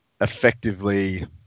effectively